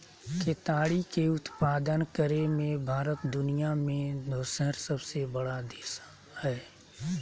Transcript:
केताड़ी के उत्पादन करे मे भारत दुनिया मे दोसर सबसे बड़ा देश हय